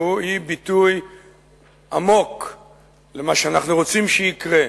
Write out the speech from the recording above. היא ביטוי עמוק למה שאנחנו רוצים שיקרה,